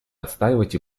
отстаивать